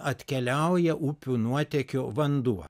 atkeliauja upių nuotekių vanduo